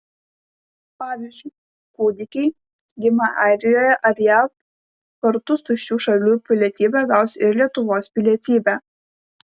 pavyzdžiui kūdikiai gimę airijoje ar jav kartu su šių šalių pilietybe gaus ir lietuvos pilietybę